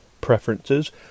preferences